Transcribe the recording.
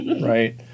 Right